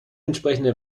entsprechende